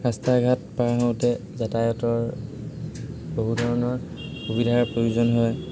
ৰাস্তা ঘাট পাৰ হওঁতে যাতায়াতৰ বহু ধৰণৰ সুবিধাৰ প্ৰয়োজন হয়